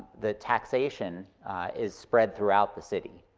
the taxation is spread throughout the city.